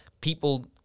People